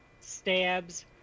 stabs